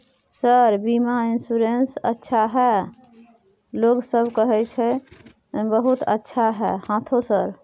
Sir बीमा insurance अच्छा है लोग कहै छै बहुत अच्छा है हाँथो सर?